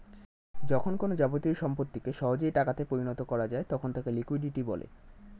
যখন কোনো যাবতীয় সম্পত্তিকে সহজেই টাকা তে পরিণত করা যায় তখন তাকে লিকুইডিটি বলে